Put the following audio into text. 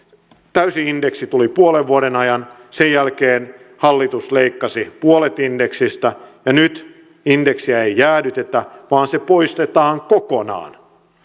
täysi indeksi tuli puolen vuoden ajan sen jälkeen hallitus leikkasi puolet indeksistä ja nyt indeksiä ei jäädytetä vaan se poistetaan kokonaan